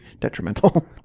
detrimental